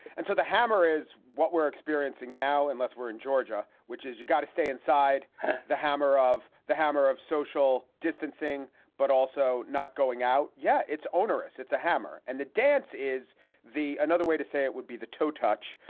and so the hammer is what we're experiencing now. and that's we're in georgia, which is you've got to stay inside the hammer of the hammer of social distancing, but also not going out. yeah, it's onerous. it's a hammer. and the dance is the another way to say it would be the toe touch.